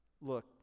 look